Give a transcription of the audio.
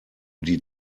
die